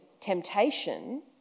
temptation